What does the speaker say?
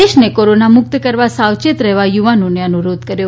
દેશને કોરોના મુકત કરવા સાવચેત રહેવા યુવાનોને અનુરોધ કર્યો